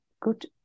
good